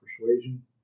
Persuasion